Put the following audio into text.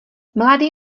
mladý